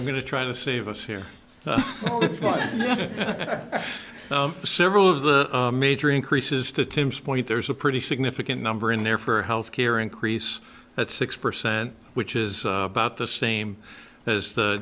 i'm going to try to save us here several of the major increases to tim's point there's a pretty significant number in there for health care increase at six percent which is about the same as the